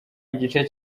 igice